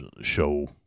show